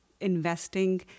investing